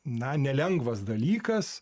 na nelengvas dalykas